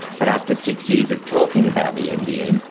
but after six years of talking about the nbn,